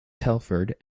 telford